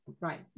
right